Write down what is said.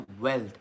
wealth